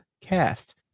cast